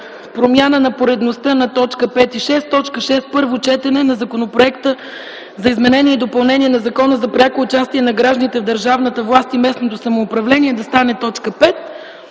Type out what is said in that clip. промяна на поредността на точки 5 и 6., т. 6 – Първо четене на Законопроекта за изменение и допълнение на Закона за пряко участие на гражданите в държавната власт и местното самоуправление, да стане т. 5